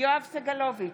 יואב סגלוביץ'